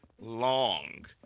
long